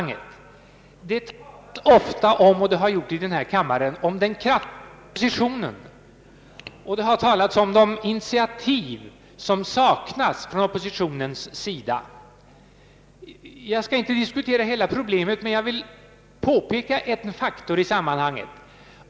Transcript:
Det talas ofta om den kraftlösa oppositionen — så har även skett i denna kammare — och det har talats om att initiativ saknas från oppositionens sida. Jag skall inte diskutera hela problemet, men jag vill påpeka en faktor i sammanhanget.